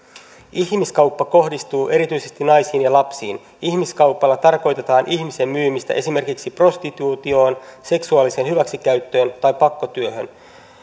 ihmiskauppa kohdistuu erityisesti naisiin ja lapsiin ihmiskaupalla tarkoitetaan ihmisen myymistä esimerkiksi prostituutioon seksuaaliseen hyväksikäyttöön tai pakkotyöhön